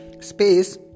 space